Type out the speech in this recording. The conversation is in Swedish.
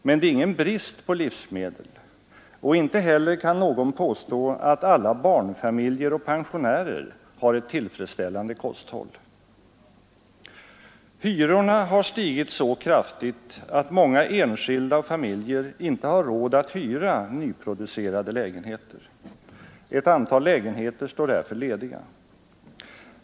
Men det är ingen brist på livsmedel och inte heller kan någon påstå att alla barnfamiljer och pensionärer har ett tillfredsställande kosthåll. Hyrorna har stigit så kraftigt att många enskilda och familjer inte har råd att hyra nyproducerade lägenheter. Ett antal lägenheter står därför lediga.